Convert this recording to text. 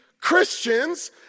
Christians